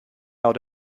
out